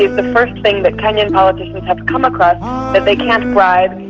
the the first thing that kenyan politicians have come across that they can't and bribe,